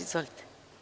Izvolite.